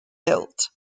built